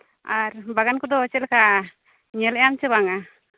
ᱟᱨ ᱵᱟᱜᱟᱱ ᱠᱚᱫᱚ ᱪᱮᱫᱞᱮᱠᱟ ᱧᱮᱞᱮᱫᱼᱟᱢ ᱥᱮ ᱵᱟᱝᱼᱟ